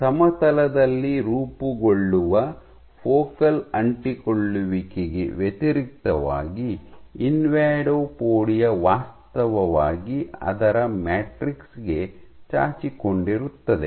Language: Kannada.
ಸಮತಲದಲ್ಲಿ ರೂಪುಗೊಳ್ಳುವ ಫೋಕಲ್ ಅಂಟಿಕೊಳ್ಳುವಿಕೆಗೆ ವ್ಯತಿರಿಕ್ತವಾಗಿ ಇನ್ವಾಡೋಪೊಡಿಯಾ ವಾಸ್ತವವಾಗಿ ಅದರ ಮ್ಯಾಟ್ರಿಕ್ಸ್ ಗೆ ಚಾಚಿಕೊಂಡಿರುತ್ತದೆ